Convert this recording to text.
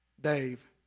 Dave